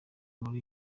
muri